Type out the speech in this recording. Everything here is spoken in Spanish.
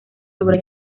sobre